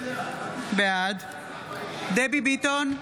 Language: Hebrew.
בעד דבי ביטון,